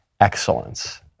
excellence